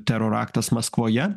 teroro aktas maskvoje